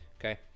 okay